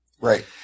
right